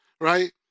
right